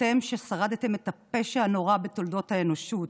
אתם ששרדתם את הפשע הנורא בתולדות האנושות,